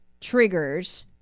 triggers